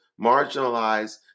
marginalized